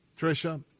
Trisha